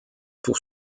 pour